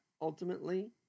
ultimately